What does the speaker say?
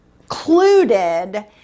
included